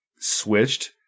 switched